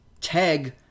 tag